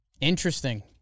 interesting